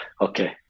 Okay